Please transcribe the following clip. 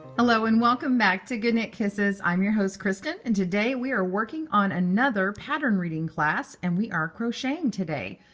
hello. and welcome back to goodknit kisses. i'm your host, kristen. and today, we are working on another pattern reading class, and we are crocheting today.